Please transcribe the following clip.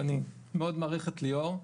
ואני מאוד מעריך את ליאור,